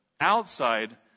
outside